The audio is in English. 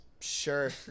Sure